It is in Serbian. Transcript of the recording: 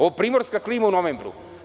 Ovo je primorska klima u novembru.